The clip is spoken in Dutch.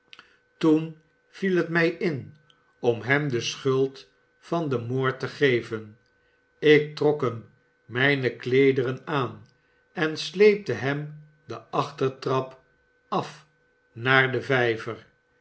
toen viel het mij in om hem de schuld van den moord te geven ik trok hem mijne kleederen aan en sleepte hem de achtertrap af naar den vijver